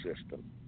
system